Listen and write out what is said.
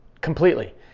completely